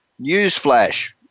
Newsflash